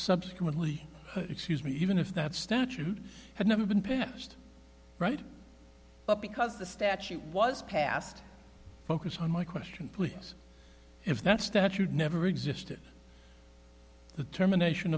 subsequently excuse me even if that statute had never been passed right but because the statute was passed focus on my question please if that statute never existed the termination